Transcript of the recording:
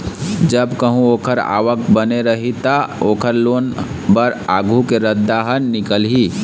जब कहूँ ओखर आवक बने रही त, ओखर लोन बर आघु के रद्दा ह निकलही